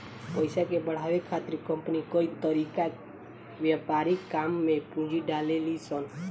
पइसा के बढ़ावे खातिर कंपनी कई तरीका के व्यापारिक काम में पूंजी डलेली सन